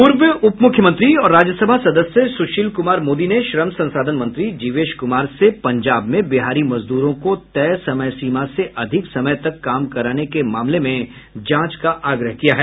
पूर्व उपमुख्यमंत्री और राज्यसभा सदस्य सुशील कुमार मोदी ने श्रम संसाधन मंत्री जीवेश कुमार से पंजाब में बिहारी मजदूरों को तय समय सीमा से अधिक समय तक काम कराने के मामले में जांच का आग्रह किया है